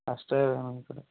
ಅಷ್ಟೆ ಇದೆ ನನ್ನ ಕಡೆ